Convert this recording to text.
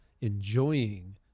enjoying